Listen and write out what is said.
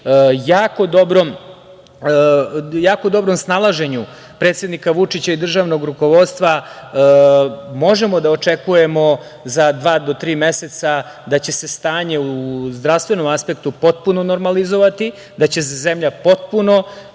jako dobrom snalaženju predsednika Vučića i državnog rukovodstva, možemo da očekujemo za dva do tri meseca da će se stanje u zdravstvenom aspektu potpuno normalizovati, da će se zemlja potpuno otvoriti